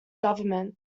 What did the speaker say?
government